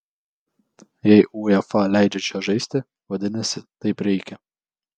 jei uefa leidžia čia žaisti vadinasi taip reikia